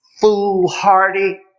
foolhardy